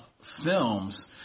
films